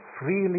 freely